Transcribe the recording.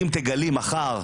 אם תגלי מחר,